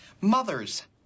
mothers